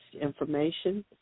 information